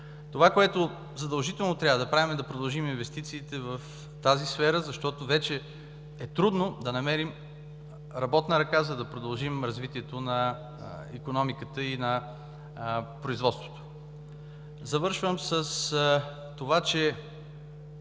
Това, което задължително трябва да правим, е да продължим инвестициите в тази сфера, защото вече е трудно да намерим работна ръка, за да продължим развитието на икономиката и на производството. Завършвам с това, че